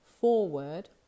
forward